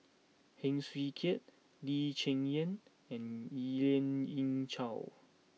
Heng Swee Keat Lee Cheng Yan and Lien Ying Chow